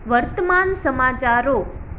વર્તમાન સમાચારો